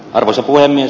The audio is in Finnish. arvoisa puhemies